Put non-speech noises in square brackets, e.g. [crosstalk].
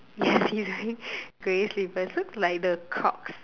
yes [breath] he's wearing [breath] grey slippers looks like the Crocs